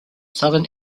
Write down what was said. southern